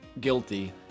guilty